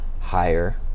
higher